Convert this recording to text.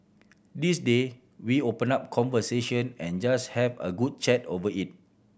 these day we open up conversation and just have a good chat over it